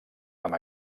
amb